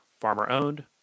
farmer-owned